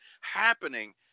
happening